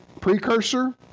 precursor